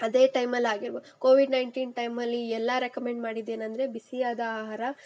ಅದೇ ಟೈಮಲ್ಲಿ ಆಗಿರ್ಬೋದು ಕೋವಿಡ್ ನೈನ್ಟೀನ್ ಟೈಮಲ್ಲಿ ಎಲ್ಲ ರೆಕಮೆಂಡ್ ಮಾಡಿದ್ದು ಏನೆಂದರೆ ಬಿಸಿಯಾದ ಆಹಾರ